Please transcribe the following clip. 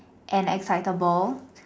and excitable